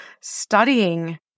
studying